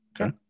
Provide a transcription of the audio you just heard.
Okay